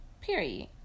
Period